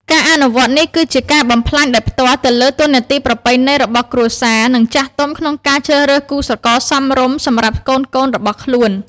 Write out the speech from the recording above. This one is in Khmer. ការអនុវត្តនេះគឺជាការបំផ្លាញដោយផ្ទាល់ទៅលើតួនាទីប្រពៃណីរបស់គ្រួសារ និងចាស់ទុំក្នុងការជ្រើសរើសគូស្រករសមរម្យសម្រាប់កូនៗរបស់ខ្លួន។